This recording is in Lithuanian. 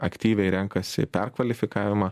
aktyviai renkasi perkvalifikavimą